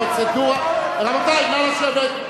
הפרוצדורה, רבותי, נא לשבת.